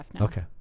Okay